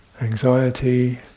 Anxiety